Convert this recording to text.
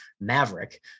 maverick –